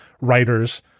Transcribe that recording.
writers